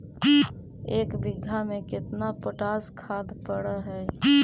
एक बिघा में केतना पोटास खाद पड़ है?